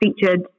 featured